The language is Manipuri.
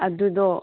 ꯑꯗꯨꯗꯣ